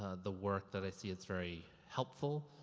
ah the work that i see it's very helpful.